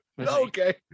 Okay